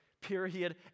period